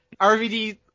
RVD